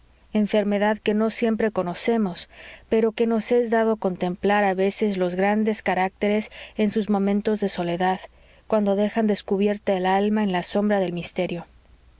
enfermedad que no siempre conocemos porque no nos es dado contemplar a veces a los grandes caracteres en sus momentos de soledad cuando dejan descubierta el alma en la sombra del misterio